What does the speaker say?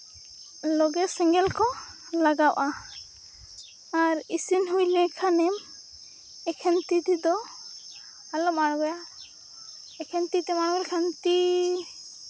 ᱞᱟᱜᱮ ᱥᱮᱸᱜᱮᱞ ᱠᱚ ᱞᱟᱜᱟᱜᱼᱟ ᱟᱨ ᱤᱥᱤᱱ ᱦᱩᱭ ᱞᱮᱠᱷᱟᱱᱮᱢ ᱮᱠᱷᱮᱱ ᱛᱤ ᱛᱮᱫᱚ ᱟᱞᱚᱢ ᱟᱬᱜᱚᱭᱟ ᱮᱠᱷᱮᱱ ᱛᱤ ᱛᱮᱢ ᱟᱬᱜᱚ ᱞᱮᱠᱷᱟᱱ ᱛᱤ